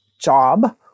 job